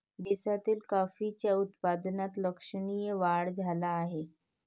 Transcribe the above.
देशातील कॉफीच्या उत्पादनात लक्षणीय वाढ झाला आहे